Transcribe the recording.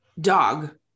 dog